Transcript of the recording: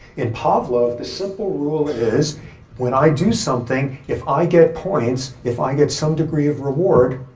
in pavlov, the simple rule is when i do something, if i get points, if i get some degree of reward,